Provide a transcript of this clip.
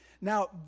Now